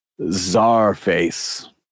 Czarface